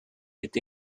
est